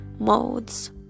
Modes